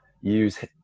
use